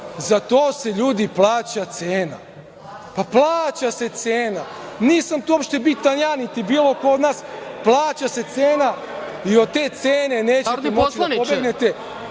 Za to se, ljudi, plaća cena. Plaća se cena. Nisam tu bitan ja, niti bilo ko od nas. Plaća se cena i od te cene nećete moći da pobegnete.